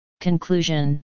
Conclusion